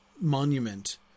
monument